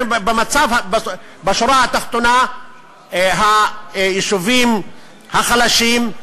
ובשורה התחתונה היישובים החלשים,